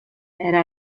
era